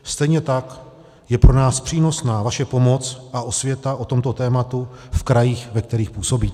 Stejně tak je pro nás přínosná vaše pomoc a osvěta o tomto tématu v krajích, ve kterých působíte.